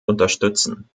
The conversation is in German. unterstützen